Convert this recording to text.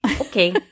Okay